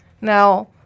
now